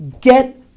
get